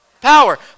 Power